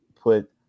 put